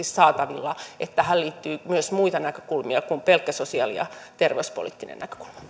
saatavilla että tähän liittyy myös muita näkökulmia kuin pelkkä sosiaali ja terveyspoliittinen